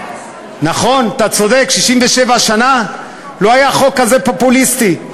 נכון, אתה צודק, 67 שנה לא היה חוק כזה פופוליסטי.